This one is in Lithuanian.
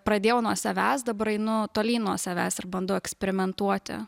pradėjau nuo savęs dabar ainu tolyn nuo savęs ir bandau eksperimentuoti